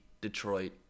Detroit